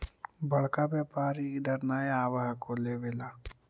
बड़का व्यापारि इधर नय आब हको लेबे ला?